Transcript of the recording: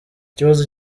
ikibazo